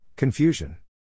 Confusion